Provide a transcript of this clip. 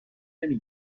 نمی